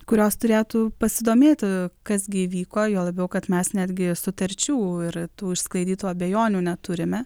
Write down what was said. kurios turėtų pasidomėti kas gi įvyko juo labiau kad mes netgi sutarčių ir tų išsklaidytų abejonių neturime